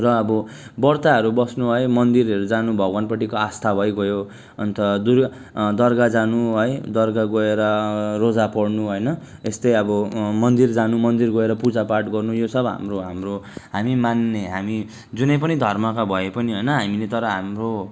र अब व्रतहरू बस्नु है मन्दिरहरू जानु भगवानपट्टिको आस्था भइगयो अन्त दुर्गा दरगाह जानु है दरगाह गएर रोजा पढ्नु होइन यस्तै अब मन्दिर जानु मन्दिर गएर पूजापाठ गर्नु यो सब हाम्रो हाम्रो हामी मान्ने हामी जुनै पनि धर्मका भए पनि होइन हामीले तर हाम्रो